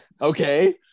okay